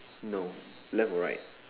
no left or right